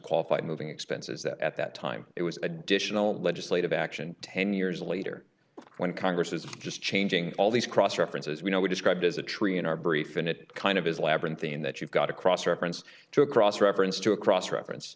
qualified moving expenses that at that time it was additional legislative action ten years later when congress is just changing all these cross references we know we describe as a tree in our brief and it kind of is labyrinthian that you've got a cross reference to a cross reference to a cross reference